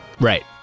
Right